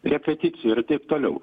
repeticijų ir taip toliau